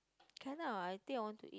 can not I think I want to